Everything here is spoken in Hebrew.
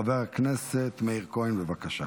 חבר הכנסת מאיר כהן, בבקשה.